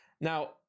now